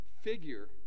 figure